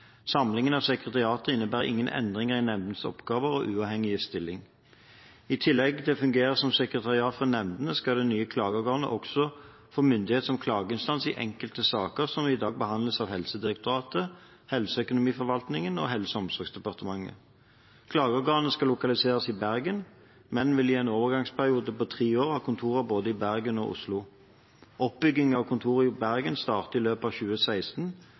Samlingen av sekretariatene innebærer ingen endringer i nemndenes oppgaver og uavhengige stilling. I tillegg til å fungere som sekretariat for nemndene skal det nye klageorganet også få myndighet som klageinstans i enkelte saker som i dag behandles av Helsedirektoratet, Helseøkonomiforvaltningen og Helse- og omsorgsdepartementet. Klageorganet skal lokaliseres i Bergen, men vil i en overgangsperiode på tre år ha kontorer i både Bergen og Oslo. Oppbygging av kontoret i Bergen starter i løpet av 2016.